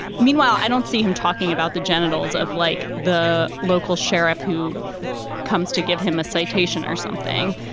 meanwhile, i don't see him talking about the genitals of like the local sheriff who comes to give him a citation or something.